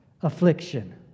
affliction